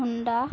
Honda